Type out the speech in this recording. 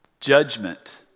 Judgment